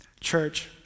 Church